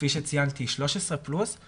כפי שציינת היא 13 פלוס,